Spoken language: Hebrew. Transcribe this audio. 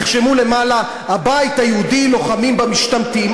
תרשמו למעלה: הבית היהודי לוחמים במשתמטים.